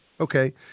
Okay